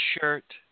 shirt